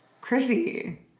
Chrissy